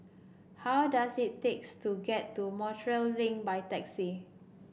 how does it takes to get to Montreal Link by taxi